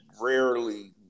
rarely